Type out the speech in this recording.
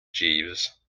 jeeves